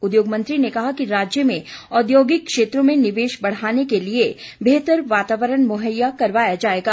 उद्योग मंत्री ने कहा कि राज्य में औद्योगिक क्षेत्रों में निवेश बढ़ाने के लिए बेहतर वातारण मुहैया करवाया जाएगा